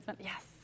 Yes